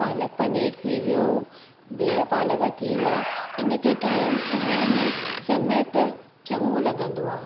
पालक पनीरु थी वियो बिहु पालक थी विया इन खे टाइम ठाहिण में समय त चङो लॻंदो आहे